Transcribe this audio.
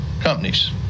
companies